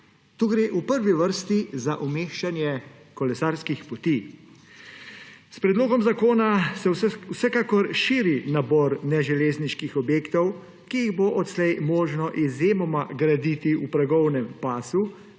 Tu gre v prvi vrsti za umeščanje kolesarskih poti. S predlogom zakona se vsekakor širi nabor neželezniških objektov, ki jih bo odslej možno izjemoma graditi v progovnem pasu,